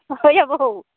ओइ आबौ